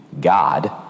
God